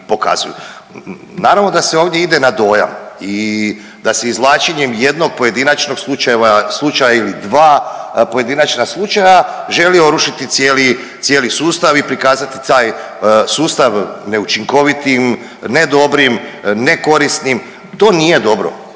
Naravno da se ovdje ide na dojam i da se izvlačenjem jednog pojedinačnog slučaja ili dva pojedinačna slučaja želi orušiti cijeli sustav i prikazati taj sustav neučinkovitim, nedobrim, nekorisnim, to nije dobro,